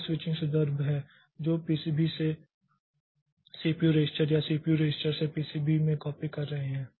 तो ये स्विचिंग संदर्भ हैं जो पीसीबी से सीपीयू रजिस्टर या सीपीयू रजिस्टर से पीसीबी में कॉपी कर रहे हैं